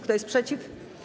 Kto jest przeciw?